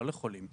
לא לחולים.